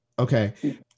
Okay